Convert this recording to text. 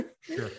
Sure